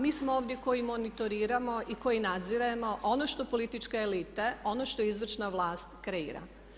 Mi smo ovdje koji monitoriramo i koji nadziremo ono što političke elite, ono što izvršna vlast kreira.